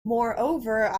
moreover